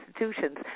institutions